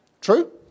True